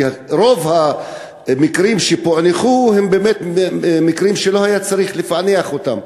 כי רוב המקרים שפוענחו הם באמת מקרים שלא היה צריך לפענח אותם,